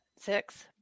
six